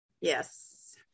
Yes